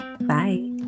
Bye